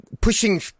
pushing